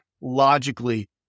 logically